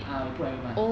err you put every month